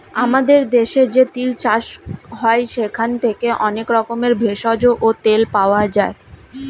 আমাদের দেশে যে তিল চাষ হয় সেখান থেকে অনেক রকমের ভেষজ ও তেল পাওয়া যায়